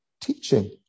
teaching